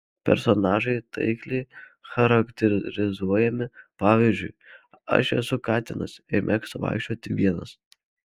personažai taikliai charakterizuojami pavyzdžiui aš esu katinas ir mėgstu vaikščioti vienas